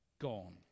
gone